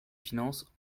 finances